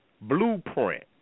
blueprint